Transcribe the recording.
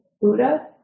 Buddha